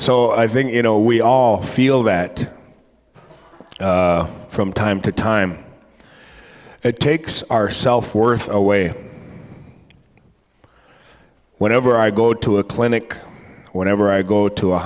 so i think you know we all feel that from time to time it takes our self worth away whenever i go to a clinic whenever i go to a